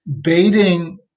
baiting